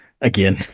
again